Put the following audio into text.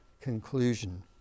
conclusion